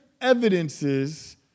evidences